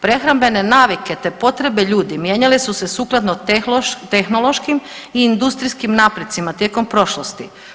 Prehrambene navike te potrebe ljudi mijenjale su se sukladno tehnološkim i industrijskim naprecima tijekom prošlosti.